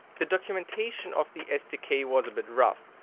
the documentation of the sdk was a bit rough.